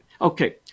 okay